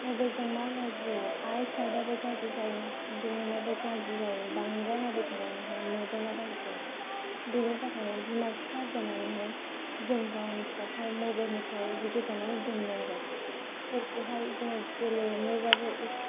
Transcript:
मबाइलजों मा गाज्रि जायो आइसाइथआबो गज्रि जायो ब्रेनआबो गाज्रि जायो बांद्राय नायबाय थानानैहाय मेगनाबो गाज्रि जायो बेनि थाखायनो बिमा बिफा जानानैहाय जों गावनि फिसाखौहाय मबाइलनिफ्राय जों गोजानाव दोननांगोन बिसोरखौहाय जों गेलेनोबाबो एसे